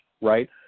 right